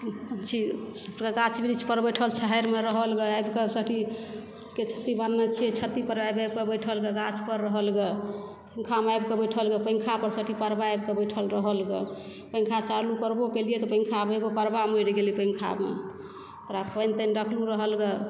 पंक्षी गाछ वृक्ष पर बैठल छाहैरिमे रहल गे आबि कऽ सठि छती बाँहनै छियै छती पर आबि आबि के बैठल ग गाछ पर रहल ग पॅंखा मे आबि कऽ बैठल गेल ग पॅंखा पर परबा आबि कऽ बैठल रहल ग पॅंखा चालू करबो के लिए तऽ पॅंखा मे एगो परबा मरि गेलै पॅंखा मे ओकरा पानि तानि रखनो रहल गेल